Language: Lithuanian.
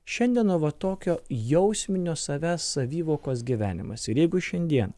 šiandien nu va tokio jausminio savęs savivokos gyvenimas ir jeigu šiandien